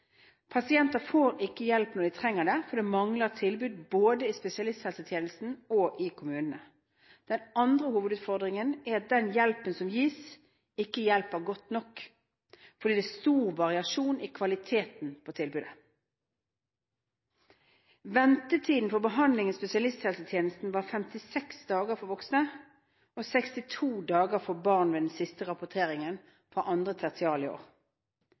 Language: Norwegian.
Pasienter får ikke hjelp når de trenger det, for det mangler tilbud både i spesialisthelsetjenesten og i kommunene. Den andre hovedutfordringen er at den hjelpen som gis, ikke hjelper godt nok, for det er stor variasjon i kvaliteten på tilbudet. Ventetiden for behandling i spesialisthelsetjenesten var 56 dager for voksne og 62 dager for barn ved den siste rapporteringen fra andre tertial i år.